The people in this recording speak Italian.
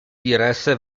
diresse